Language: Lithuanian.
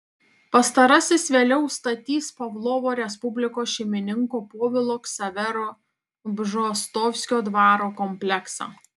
pastarasis vėliau statys pavlovo respublikos šeimininko povilo ksavero bžostovskio dvaro kompleksą